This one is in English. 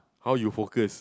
how you focus